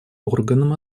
органам